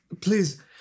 please